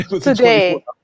Today